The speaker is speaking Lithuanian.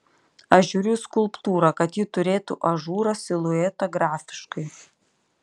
aš žiūriu į skulptūrą kad ji turėtų ažūrą siluetą grafiškai